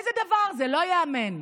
איזה דבר זה, לא ייאמן.